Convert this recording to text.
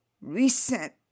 recent